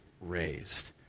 raised